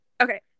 Okay